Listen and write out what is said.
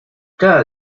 cada